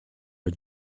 are